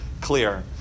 clear